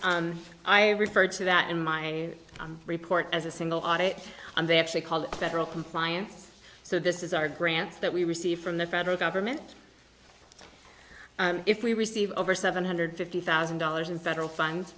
is i referred to that in my report as a single audit and they actually called federal compliance so this is our grants that we received from the federal government if we receive over seven hundred fifty thousand dollars in federal funds